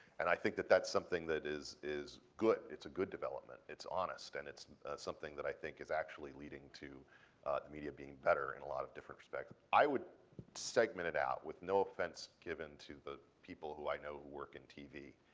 and i think that that's something that is is good. it's a good development. it's honest. and it's something that i think is actually leading to media being better in a lot of different aspects. i would segment it out with no offense given to the people who i know work in tv.